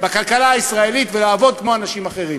בכלכלה הישראלית ולעבוד כמו אנשים אחרים.